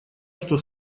что